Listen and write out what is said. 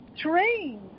train